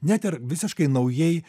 net ir visiškai naujai